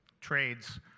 trades